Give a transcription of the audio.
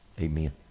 Amen